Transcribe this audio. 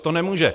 To nemůže.